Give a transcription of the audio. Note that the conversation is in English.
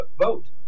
vote